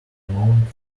pheromone